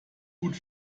gut